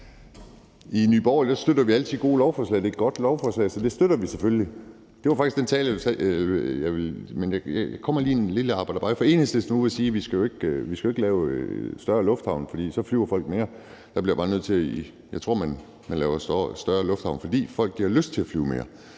I Nye Borgerlige støtter vi altid gode lovforslag, og det her er et godt lovforslag, så det støtter vi selvfølgelig. Det var faktisk den tale, jeg ville holde, men der kommer lige et lille aber dabei. For Enhedslisten var ude at sige, at vi ikke skulle lave større lufthavne, for så flyver folk mere, og der bliver jeg bare nødt til at sige, at jeg tror, man laver større lufthavne, fordi folk har lyst til at flyve mere.